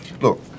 Look